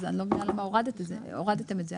אז אני לא מבינה למה הורדתם את זה?